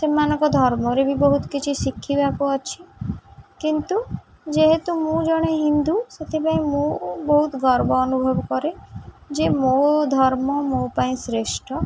ସେମାନଙ୍କ ଧର୍ମରେ ବି ବହୁତ କିଛି ଶିଖିବାକୁ ଅଛି କିନ୍ତୁ ଯେହେତୁ ମୁଁ ଜଣେ ହିନ୍ଦୁ ସେଥିପାଇଁ ମୁଁ ବହୁତ ଗର୍ବ ଅନୁଭବ କରେ ଯେ ମୋ ଧର୍ମ ମୋ ପାଇଁ ଶ୍ରେଷ୍ଠ